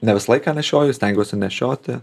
ne visą laiką nešioju stengiuosi nešioti